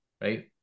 right